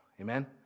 amen